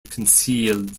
concealed